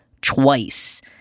twice